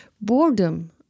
Boredom